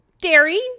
dairy